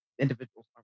individuals